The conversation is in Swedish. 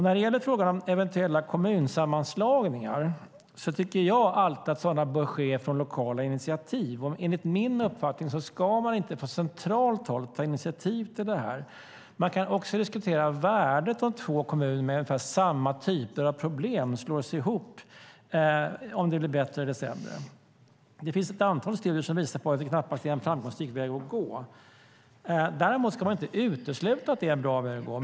När det gäller frågan om eventuella kommunsammanslagningar tycker jag att sådana alltid bör ske på lokala initiativ. Enligt min uppfattning ska man inte från centralt håll ta initiativ till det. Man kan också diskutera värdet av att två kommuner med ungefär samma typer av problem slås ihop, om det blir bättre eller sämre. Det finns ett antal studier som visar på att det knappast är en framgångsrik väg att gå. Däremot ska man inte utesluta att det är en bra väg att gå.